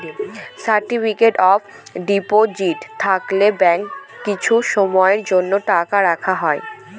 certificate of deposit থাকলে ব্যাঙ্কে কিছু সময়ের জন্য টাকা রাখা হয়